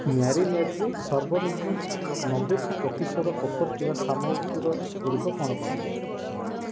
ମ୍ୟାରିନେଟ୍ରେ ସର୍ବନିମ୍ନ ନବେ ପ୍ରତିଶତ ଅଫର୍ ଥିବା ସାମଗ୍ରଗୁଡ଼ିକ କ'ଣ କ'ଣ